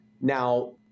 Now